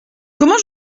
comment